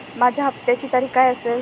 माझ्या हप्त्याची तारीख काय असेल?